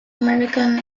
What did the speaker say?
american